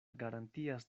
garantias